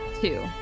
two